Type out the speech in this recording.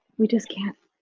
we just can't,